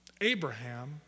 Abraham